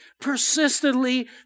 persistently